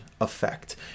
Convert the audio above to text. effect